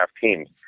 teams